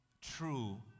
true